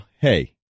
Hey